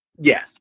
Yes